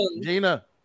Gina